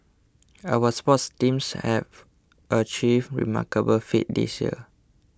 our sports teams have achieved remarkable feats this year